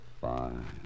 fine